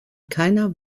keiner